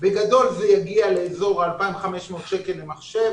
בגדול זה יגיע לאזור ה-2,500 שקלים למחשב.